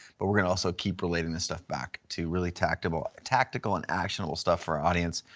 but we're gonna also keep relating the stuff back to really tactical tactical and actionable stuff for our audience.